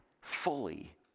fully